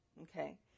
Okay